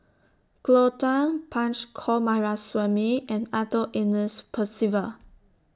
Cleo Thang Punch Coomaraswamy and Arthur Ernest Percival